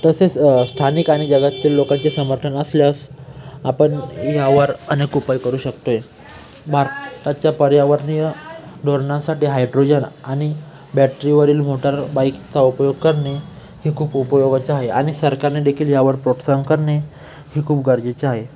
तसेच स्थानिक आणि जगातील लोकांचे समर्थन असल्यास आपण यावर अनेक उपाय करू शकतो भारताच्या पर्यावरणीय धोरण्यासाठी हायड्रोजन आणि बॅटरीवरील मोटर बाईक चा उपयोग करणे ही खूप उपयोगाच आहे आणि सरकारने देेखील यावर प्रोत्साहन करणे ही खूप गरजेचं आहे